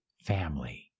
family